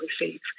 receive